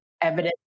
evidence